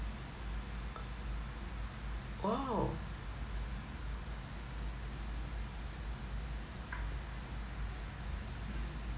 !wow!